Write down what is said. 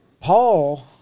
Paul